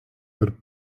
per